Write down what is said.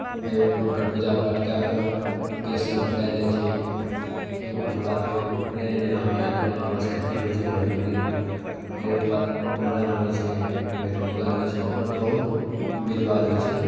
फेर हुनकर पूजापाठ कए कऽ केशसभ कटायल जाइत छै ठीक ओकर बाद फेर उपनयन जेना होइए तऽ ओहिमे बँसकट्टी होइत छै पहिलुक दिन फेर ओकर बाद कुम्हरम होइत छै माटि मङ्गल होइत छै आओर बहुत विध वाध होइत छै